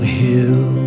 hill